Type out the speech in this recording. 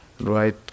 right